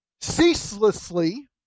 Ceaselessly